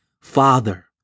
Father